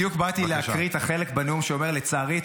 בדיוק באתי להקריא את החלק בנאום שאומר: לצערי,